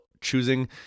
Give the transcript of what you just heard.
Choosing